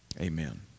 amen